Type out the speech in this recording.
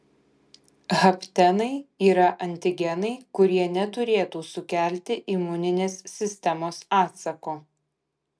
haptenai yra antigenai kurie neturėtų sukelti imuninės sistemos atsako